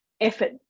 effort